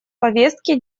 повестки